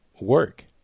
work